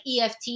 EFT